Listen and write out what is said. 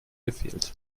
gefehlt